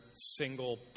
single